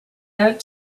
out